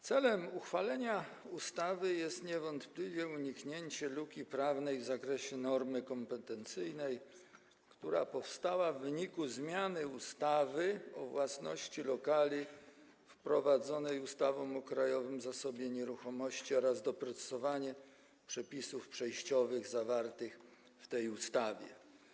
Celem uchwalenia ustawy jest niewątpliwie uniknięcie luki prawnej w zakresie normy kompetencyjnej, która powstała w wyniku zmiany ustawy o własności lokali wprowadzonej ustawą o Krajowym Zasobie Nieruchomości, jak również doprecyzowanie przepisów przejściowych zawartych w tej ustawie.